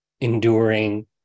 enduring